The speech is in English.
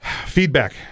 Feedback